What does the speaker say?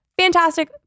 Fantastic